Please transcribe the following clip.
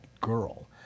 girl